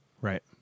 Right